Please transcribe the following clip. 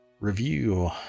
review